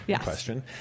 question